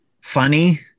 funny